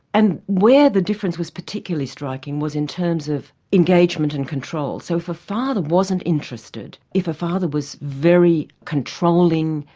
and where the difference was particularly striking was in terms of engagement and control. so if a father wasn't interested, if a father was very controlling,